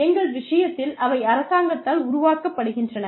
எங்கள் விஷயத்தில் அவை அரசாங்கத்தால் உருவாக்கப்படுகின்றன